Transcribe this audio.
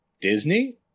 Disney